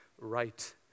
right